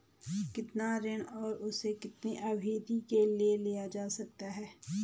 कितना ऋण और उसे कितनी अवधि के लिए लिया जा सकता है?